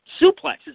suplexes